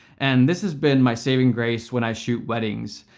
and this has been my saving grace when i shoot weddings.